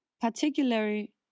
Particularly